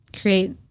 create